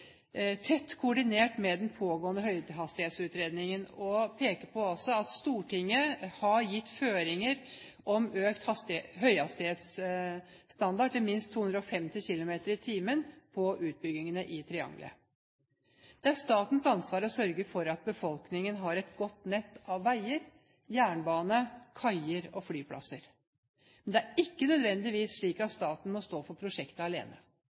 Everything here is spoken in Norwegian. tett koordinert med den pågående høyhastighetsutredningen og vil også peke på at Stortinget har gitt føringer om økt høyhastighetsstandard til minst 250 km/t på utbyggingene i triangelet. Det er statens ansvar å sørge for at befolkningen har et godt nett av veier, jernbane, kaier og flyplasser. Men det er ikke nødvendigvis slik at staten må stå for prosjektet alene.